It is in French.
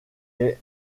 est